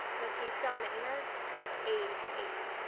makeisha maynard age eight,